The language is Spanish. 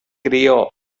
crio